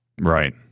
Right